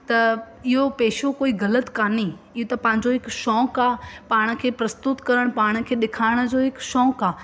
त इहो पेशो कोई ग़लत कान्हे इहो त पंहिंजो हिकु शौक़ु आहे पाण खे प्रस्तुत करणु पाण खे ॾेखारण जो हिकु शौक़ु आहे